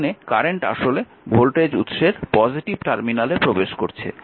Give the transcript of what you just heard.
তার মানে কারেন্ট আসলে ভোল্টেজ উৎসের পজিটিভ টার্মিনালে প্রবেশ করছে